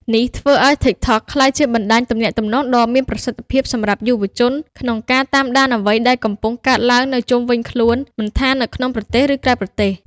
នេះធ្វើឲ្យ TikTok ក្លាយជាបណ្ដាញទំនាក់ទំនងដ៏មានប្រសិទ្ធភាពសម្រាប់យុវជនក្នុងការ តាមដានអ្វីដែលកំពុងកើតឡើងនៅជុំវិញខ្លួន មិនថានៅក្នុងប្រទេស ឬក្រៅប្រទេស។